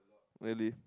really